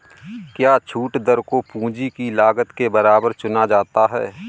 क्या छूट दर को पूंजी की लागत के बराबर चुना जाता है?